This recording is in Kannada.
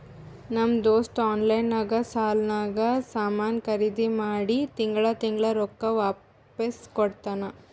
ನಮ್ ದೋಸ್ತ ಆನ್ಲೈನ್ ನಾಗ್ ಸಾಲಾನಾಗ್ ಸಾಮಾನ್ ಖರ್ದಿ ಮಾಡಿ ತಿಂಗಳಾ ತಿಂಗಳಾ ರೊಕ್ಕಾ ವಾಪಿಸ್ ಕೊಡ್ತಾನ್